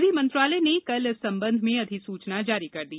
विधि मन्त्रालय ने कल इस सम्बंध में अधिसूचना जारी कर दी